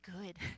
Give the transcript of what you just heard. good